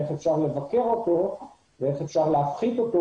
איך אפשר לבקר אותו ואיך אפשר להפחית אותו.